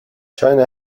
china